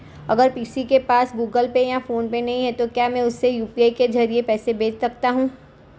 अगर किसी के पास गूगल पे या फोनपे नहीं है तो क्या मैं उसे यू.पी.आई के ज़रिए पैसे भेज सकता हूं?